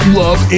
love